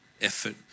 effort